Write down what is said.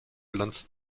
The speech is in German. bilanz